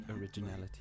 originality